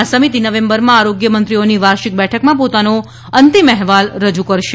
આ સમિતિ નવેમ્બરમાં આરોગ્ય મંત્રીઓની વાર્ષિક બેઠકમાં પોતાનો અંતીમ અહેવાલ રજુ કરશે